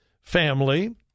family